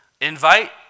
Invite